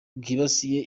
bwibasiye